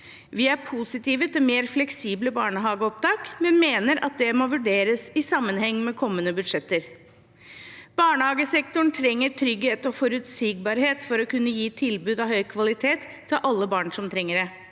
Vi er positive til mer fleksible barnehageopptak, men mener at det må vurderes i sammenheng med kommende budsjetter. Barnehagesektoren trenger trygghet og forutsigbarhet for å kunne gi tilbud av høy kvalitet til alle barn som trenger det.